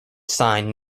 sign